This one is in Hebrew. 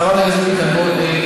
חברת הכנסת ביטון,